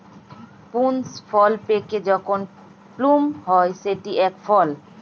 prunes ফল পেকে যখন প্লুম হয় সেটি এক ফল